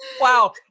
Wow